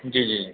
जी जी